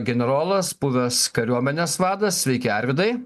generolas buvęs kariuomenės vadas sveiki arvydai